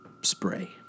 spray